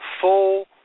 full